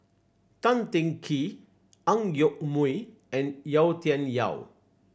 Tan Teng Kee Ang Yoke Mooi and Yau Tian Yau